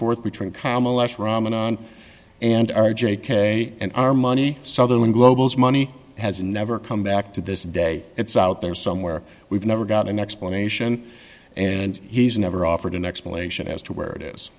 forth between kamlesh ramadan and r j k and our money sutherland global's money has never come back to this day it's out there somewhere we've never got an explanation and he's never offered an explanation as to where it is